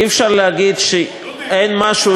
אי-אפשר להגיד שאין משהו